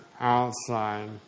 outside